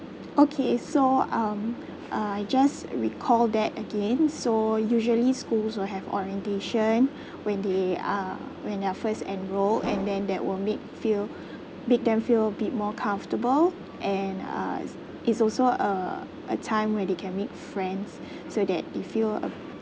okay so um uh I just recall that again so usually schools will have orientation when they uh when they're first enrol and then that will make feel make them feel a bit more comfortable and uh is is also a a time where they can make friends so that you feel